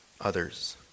others